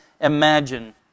imagine